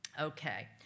Okay